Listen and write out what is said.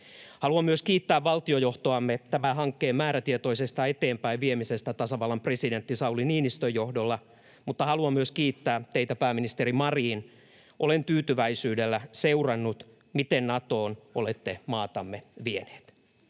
Haluan myös kiittää valtiojohtoamme tämän hankkeen määrätietoisesta eteenpäin viemisestä tasavallan presidentti Sauli Niinistön johdolla, mutta haluan myös kiittää teitä, pääministeri Marin. Olen tyytyväisyydellä seurannut, miten olette maatamme vieneet